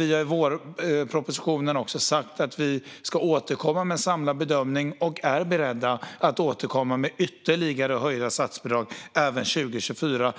I vårpropositionen sa vi att vi ska återkomma med en samlad bedömning, och att vi är beredda att återkomma med ytterligare höjda statsbidrag 2024.